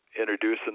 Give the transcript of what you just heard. introducing